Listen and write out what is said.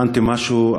הכנתי משהו,